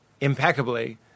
impeccably